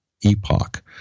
epoch